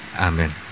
Amen